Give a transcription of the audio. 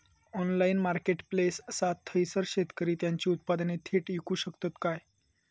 Online marketplace असा थयसर शेतकरी त्यांची उत्पादने थेट इकू शकतत काय?